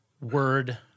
word